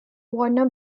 warner